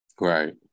Right